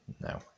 no